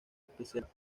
especiales